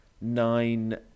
nine